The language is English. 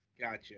Gotcha